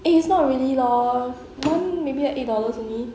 eh it's not really lor one maybe at eight dollars only